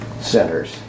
centers